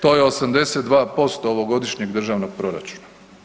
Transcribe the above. To je 82% ovogodišnjeg državnog proračuna.